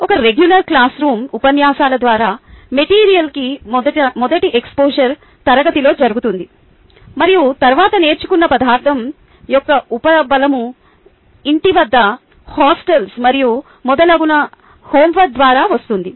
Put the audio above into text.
ఒక regular classroom ఉపన్యాసాల ద్వారా మెటీరియల్కి మొదటి ఎక్స్పోజర్ తరగతిలో జరుగుతుంది మరియు తరువాత నేర్చుకున్న పదార్థం యొక్క ఉపబలము ఇంటి వద్ద హాస్టళ్ళలో మరియు మొదలగున హోంవర్క్ ద్వారా వస్తుంది